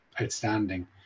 outstanding